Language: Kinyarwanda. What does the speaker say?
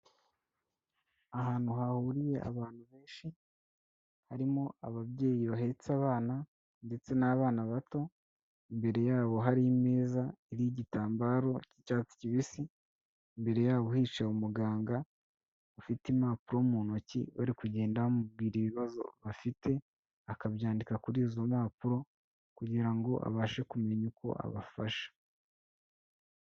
Ahantu hahuriye abantu benshi harimo ababyeyi bahetse abana ndetse n'abana bato, imbere yabo hari imeza iriho igitambaro k'icyatsi kibisi, imbere yabo hicaye umuganga ufite impapuro mu ntoki bari kugenda bamubwira ibibazo bafite akabyandika kuri izo mpapuro, kugira ngo abashe kumenya uko abafasha.